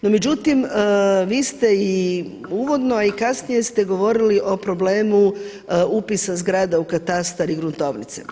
No međutim, vi ste uvodno i kasnije ste govorili o problemu upisa zgrada u katastar i gruntovnice.